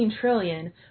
trillion